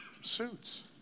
suits